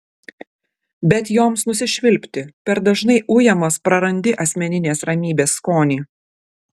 bet joms nusišvilpti per dažnai ujamas prarandi asmeninės ramybės skonį